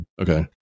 Okay